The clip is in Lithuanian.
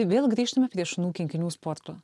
vėl grįžtame prie šunų kinkinių sporto